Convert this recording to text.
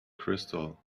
crystal